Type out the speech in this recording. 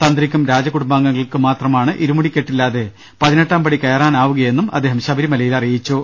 തന്ത്രിക്കും രാജകുടുംബാംഗങ്ങൾക്കും മാത്രമാണ് ഇരുമുടിക്കെട്ടില്ലാതെ പതി നെട്ടാം പടി കയറാനാവൂയെന്നും അദ്ദേഹം ശബരിമലയിൽ അറി യിച്ചു